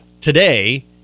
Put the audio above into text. today